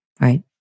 Right